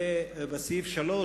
ובסעיף 3,